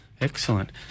Excellent